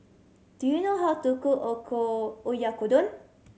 do you know how to cook Oyakodon